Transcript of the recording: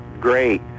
great